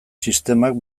sistemak